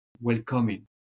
welcoming